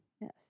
Yes